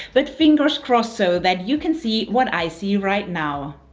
but fingers crossed so that you can see what i see right now.